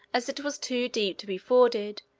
as it was too deep to be forded,